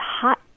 hot